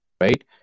Right